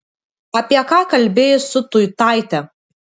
apie ką kalbėjai su tuitaite